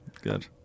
good